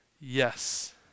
Yes